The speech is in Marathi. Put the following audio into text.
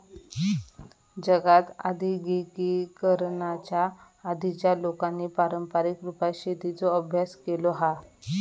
जगात आद्यिगिकीकरणाच्या आधीच्या लोकांनी पारंपारीक रुपात शेतीचो अभ्यास केलो हा